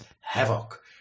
havoc